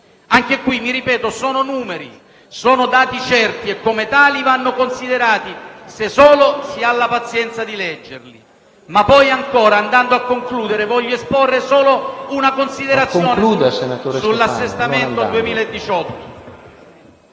Anche qui, mi ripeto: sono numeri, sono dati certi e come tali vanno considerati, se solo si ha la pazienza di leggerli. Avviandomi a concludere, voglio esporre solo una considerazione sull'assestamento per